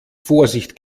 vorsicht